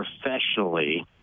professionally